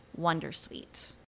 Wondersuite